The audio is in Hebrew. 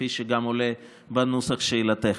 כפי שגם עולה מנוסח שאלתך: